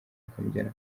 akamujyana